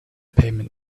payment